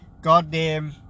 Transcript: goddamn